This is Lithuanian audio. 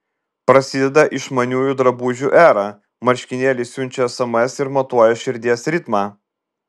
prasideda išmaniųjų drabužių era marškinėliai siunčia sms ir matuoja širdies ritmą